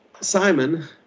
Simon